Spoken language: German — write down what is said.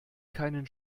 keinen